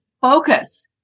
focus